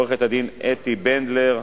עו"ד אתי בנדלר,